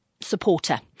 supporter